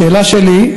השאלה שלי,